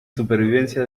supervivencia